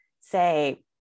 say